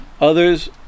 others